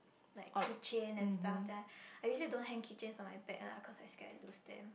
like keychain and stuff then I I usually don't hang keychains on my bag lah cause I scared I lose them